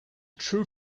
true